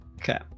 Okay